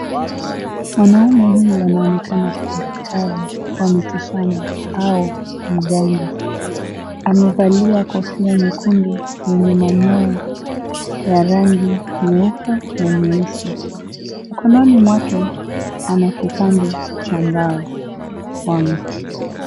Mwanaume huyu anaonekana kuwa daktari wa miti shamba au mganga, amevalia kofia nyekundu yenye manyoa ya rangi nyeupe na nyeusi mkononi mwake anakipande cha mbao wa mti.